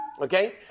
Okay